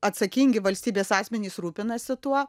atsakingi valstybės asmenys rūpinasi tuo